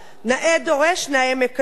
נאה דורש, נאה מקיים.